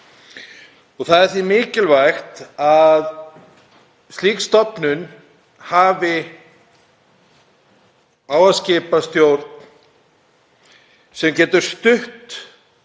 Það er því mikilvægt að slík stofnun hafi á að skipa stjórn sem getur stutt